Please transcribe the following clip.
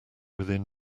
within